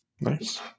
Nice